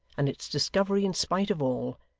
and its discovery in spite of all,